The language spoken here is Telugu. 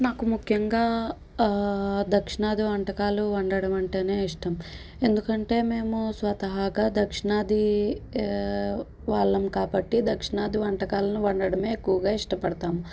నాకు ముఖ్యంగా దక్షిణాది వంటకాలు వండడం అంటేనే ఇష్టం ఎందుకంటే మేము స్వతహాగా దక్షిణాది వాళ్ళం కాబట్టి దక్షిణాది వంటకాలను వండడమే ఎక్కువగా ఇష్టపడతాము